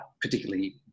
particularly